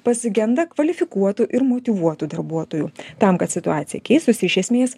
pasigenda kvalifikuotų ir motyvuotų darbuotojų tam kad situacija keistųsi iš esmės